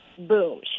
Boom